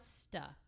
stuck